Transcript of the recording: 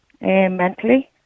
mentally